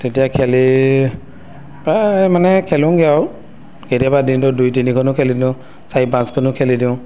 তেতিয়া খেলি প্ৰায় মানে খেলোঁগৈ আৰু কেতিয়াবা দিনটোত দুই তিনিখনো খেলি দিওঁ চাৰি পাঁচখনো খেলি দিওঁ